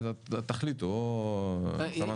תחליטו או סמנכ"ל כספים או יו"ר